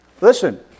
Listen